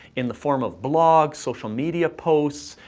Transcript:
in the form of blogs, social media posts,